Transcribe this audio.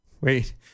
Wait